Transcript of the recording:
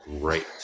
great